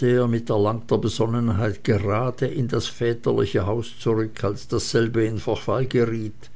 er mit erlangter besonnenheit gerade in das väterliche haus zurück als dasselbe in verfall geriet